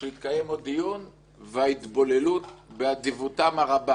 שהתקיים עוד דיון וההתבוללות, באדיבותן הרבה